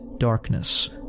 darkness